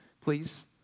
please